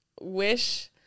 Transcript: wish